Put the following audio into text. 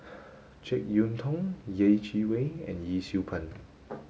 Jek Yeun Thong Yeh Chi Wei and Yee Siew Pun